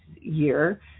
year